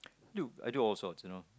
dude I do all sorts you know